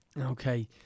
Okay